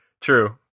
True